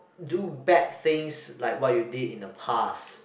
do bad things like what you did in the past